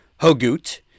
Hogut